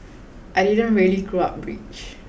I didn't really grow up rich